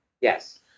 Yes